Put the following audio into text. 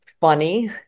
funny